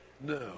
No